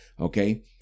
Okay